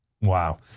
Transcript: Wow